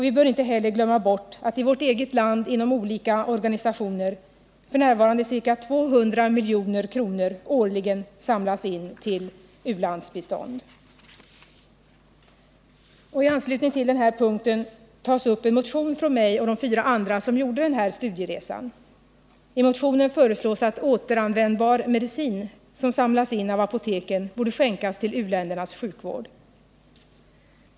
Vi bör inte heller glömma bort att i vårt eget land inom olika organisationer f. n. ca 200 milj.kr. årligen samlas in till u-landsbistånd. I anslutning till den här punkten tar utskottet upp en motion av migochde Nr 136 fyra andra som gjorde den här studieresan. I motionen föreslås att återan Onsdagen den vändbar medicin som samlas in av apoteken skall skänkas till u-ländernas 2 maj 1979 sjukvård.